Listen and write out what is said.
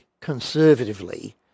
conservatively